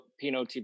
Pino